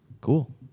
Cool